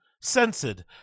censored